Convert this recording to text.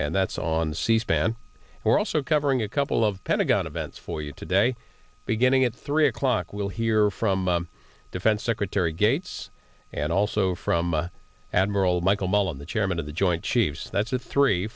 and that's on c span we're also covering a couple of pentagon events for you today beginning at three o'clock we'll hear from defense secretary gates and also from admiral michael mullen the chairman of the joint chiefs that's a three